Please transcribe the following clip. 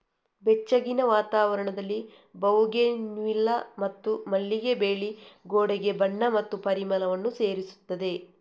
ಬೆಚ್ಚಗಿನ ವಾತಾವರಣದಲ್ಲಿ ಬೌಗೆನ್ವಿಲ್ಲಾ ಮತ್ತು ಮಲ್ಲಿಗೆ ಬೇಲಿ ಗೋಡೆಗೆ ಬಣ್ಣ ಮತ್ತು ಪರಿಮಳವನ್ನು ಸೇರಿಸುತ್ತದೆ